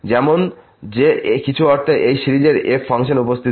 যেমন যে কিছু অর্থে এই সিরিজের এই f ফাংশন উপস্থাপিত করে